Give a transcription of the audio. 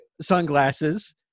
sunglasses